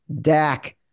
Dak